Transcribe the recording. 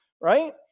right